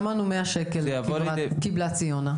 שמענו 100 ₪ קיבלה ציונה כתוספת.